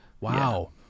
Wow